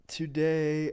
today